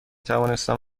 توانستم